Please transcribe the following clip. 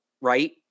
right